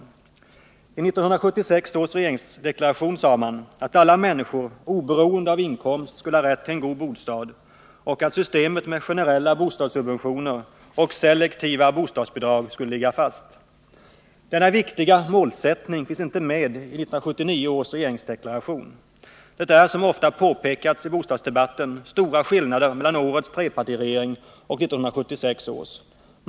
I 1976 års regeringsdeklaration sade man att alla människor oberoende av inkomst skulle ha rätt till en god bostad och att systemet med generella bostadssubventioner och selektiva bostadsbidrag skulle ligga fast. Denna viktiga målsättning finns inte med i 1979 års regeringsdeklaration. Det är, som ofta påpekats i bostadsdebatten, stora skillnader mellan årets trepartiregering och 1976 års.